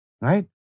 Right